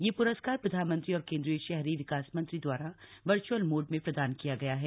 यह प्रस्कार प्रधानमंत्री और केंद्रीय शहरी विकास मंत्री दवारा वर्च्अल मोड में प्रदान किया गया है